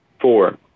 four